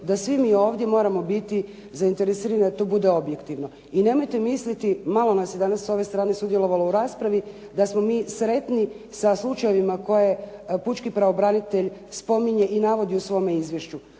da svi mi ovdje moramo biti zainteresirani da to bude objektivno. I nemojte misliti, malo nas je s ove strane sudjelovalo u raspravi da smo mi sretni sa slučajevima koje pučki pravobranitelj spominje i navodi u svome izvješću.